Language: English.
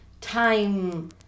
time